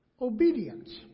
obedience